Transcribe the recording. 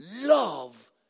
love